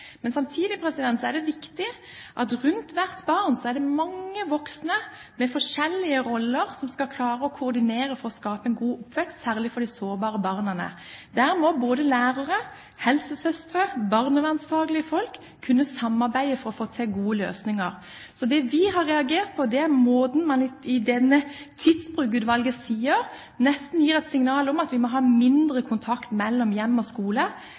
er det viktig at det rundt hvert barn er mange voksne med forskjellige roller som skal klare å koordinere for å skape en god oppvekst, særlig for de sårbare barna. Der må både lærere, helsesøstre og barnevernsfaglige folk kunne samarbeide for å få til gode løsninger. Det vi har reagert på, er at det som Tidsbrukutvalget sier, nesten gir et signal om at vi må ha mindre kontakt mellom hjem og skole.